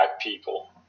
people